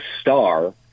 star